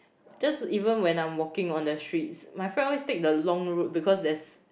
just even when I walking on the streets my friend always take a long road because there's